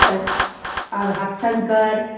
तऽ आओर हथशङ्कर